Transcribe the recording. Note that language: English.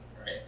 Right